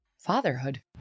fatherhood